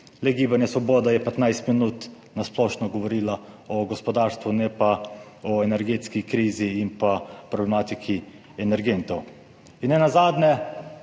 Le Gibanje Svoboda je 15 minut na splošno govorilo o gospodarstvu, ne pa o energetski krizi in problematiki energentov.